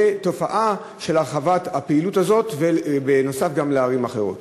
לתופעה של הרחבת הפעילות הזאת בנוסף גם בערים אחרות.